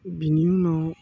बिनि उनाव